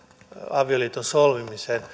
avioliiton solmimiseen